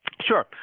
sure